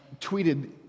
tweeted